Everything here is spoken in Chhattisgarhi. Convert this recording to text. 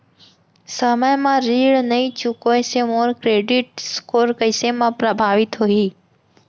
समय म ऋण नई चुकोय से मोर क्रेडिट स्कोर कइसे म प्रभावित होही?